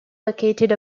located